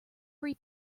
free